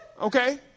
Okay